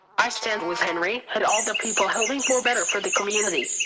i stand with henry had all the people hoping for better for the community.